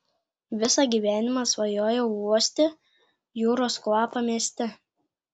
visą gyvenimą svajojau uosti jūros kvapą mieste